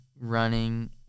running